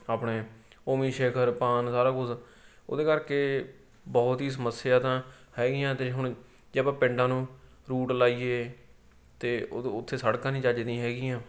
ਆਪਣੇ ਉਵੇਂ ਸ਼ਿਖਰ ਪਾਨ ਸਾਰਾ ਕੁਝ ਉਹਦੇ ਕਰਕੇ ਬਹੁਤ ਹੀ ਸਮੱਸਿਆ ਤਾਂ ਹੈਗੀਆਂ ਅਤੇ ਹੁਣ ਜੇ ਆਪਾਂ ਪਿੰਡਾਂ ਨੂੰ ਰੂਟ ਲਾਈਏ ਤਾਂ ਉਦੋਂ ਉੱਥੇ ਸੜਕਾਂ ਨਹੀਂ ਚੱਜ ਦੀਆਂ ਹੈਗੀਆਂ